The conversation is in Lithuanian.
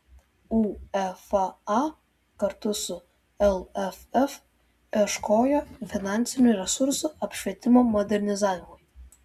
uefa kartu su lff ieškojo finansinių resursų apšvietimo modernizavimui